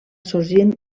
sorgint